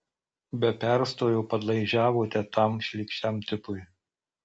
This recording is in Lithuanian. be perstojo padlaižiavote tam šlykščiam tipui